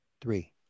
three